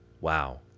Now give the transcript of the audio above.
Wow